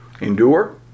Endure